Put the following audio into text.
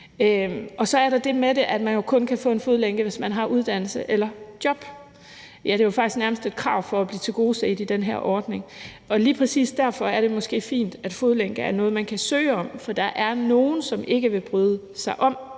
Så er der det, at man kun kan få en fodlænke, hvis man er under uddannelse eller har et job. Det er faktisk nærmest et krav for at blive tilgodeset i den her ordning. Lige præcis derfor er det måske fint, at fodlænkeafsoning er noget, man kan søge om, for der er nogle, der ikke vil bryde sig om,